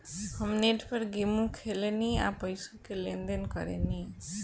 हम नेट पर गेमो खेलेनी आ पइसो के लेन देन करेनी